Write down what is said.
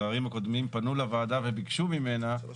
השרים הקודמים פנו לוועדה וביקשו ממנה שלוש